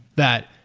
that,